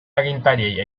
agintariei